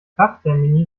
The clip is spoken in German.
fachtermini